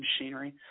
machinery –